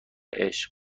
عشق